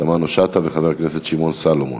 תמנו-שטה וחבר הכנסת שמעון סולומון.